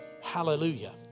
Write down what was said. Hallelujah